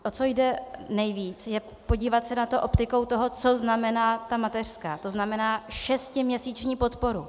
O co jde nejvíc, je podívat se na to optikou toho, co znamená ta mateřská, tzn. šestiměsíční podporu.